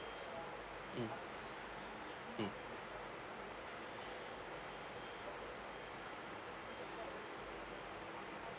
mm mm